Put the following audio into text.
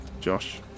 Josh